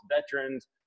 veterans